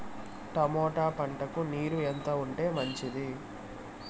Tomato పంటకు నీరు ఎంత ఉంటే మంచిది?